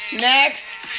Next